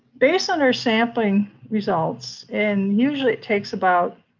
based on our sampling results, and usually it takes about